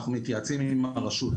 אנחנו מתייעצים עם הרשות.